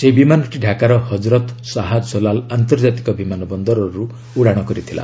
ସେହି ବିମାନଟି ଢାକାର ହଜରତ୍ ଶାହା ଜଲାଲ୍ ଆନ୍ତର୍ଜାତିକ ବିମାନ ବନ୍ଦରରୁ ଉଡ଼ାଣ କରିଥିଲା